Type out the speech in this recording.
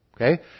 Okay